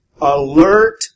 alert